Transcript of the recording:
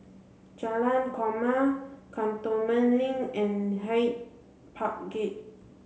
Jalan Korma Cantonment Link and Hyde Park Gate